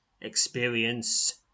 experience